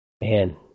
Man